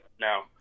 Now